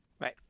right